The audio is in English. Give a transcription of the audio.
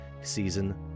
Season